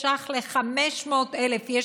350,000 500,000 ש"ח.